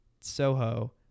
soho